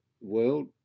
world